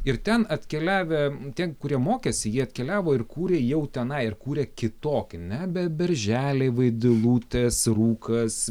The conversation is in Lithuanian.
ir ten atkeliavę tie kurie mokėsi jie atkeliavo ir kūrė jau tenai ir kūrė kitokį nebe berželiai vaidilutės rūkas